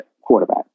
quarterback